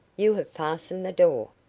you have fastened the door.